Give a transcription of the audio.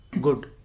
good